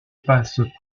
passe